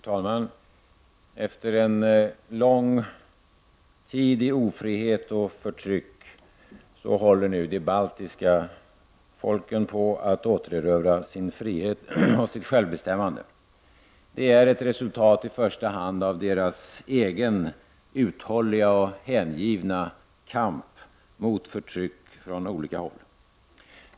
Herr talman! Efter en lång tid i ofrihet och förtryck håller de baltiska folken på att återerövra sin frihet och sitt självbestämmande. Det är ett resultat i första hand av deras egen uthålliga och hängivna kamp mot förtryck från olika håll.